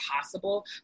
possible